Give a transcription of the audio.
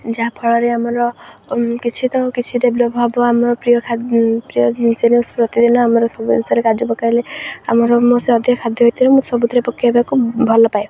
ଯାହାଫଳରେ ଆମର କିଛି ତ କିଛି ଡେଭଲପ୍ ହବ ଆମର ପ୍ରିୟ ପ୍ରିୟ ଜିନିଷ ପ୍ରତିଦିନ ଆମର ସବୁ ଜିନିଷରେ କାଜୁ ପକାଇଲେ ଆମର ମୁଁ ସେ ଅଧିକ ଖାଦ୍ୟ ସବୁଥିରେ ମୁଁ ସବୁଥିରେ ପକାଇବାକୁ ଭଲ ପାଏ